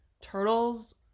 turtles